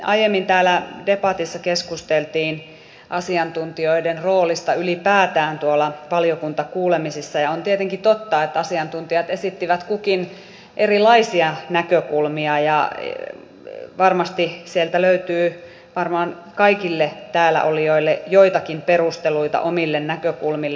aiemmin täällä debatissa keskusteltiin asiantuntijoiden roolista ylipäätään tuolla valiokuntakuulemisissa ja on tietenkin totta että asiantuntijat esittivät kukin erilaisia näkökulmia ja varmasti sieltä löytyy kaikille täällä olijoille joitakin perusteluita omille näkökulmille